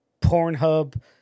Pornhub